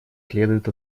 следует